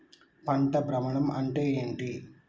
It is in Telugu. పంట భ్రమణం అంటే ఏంటి?